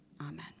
Amen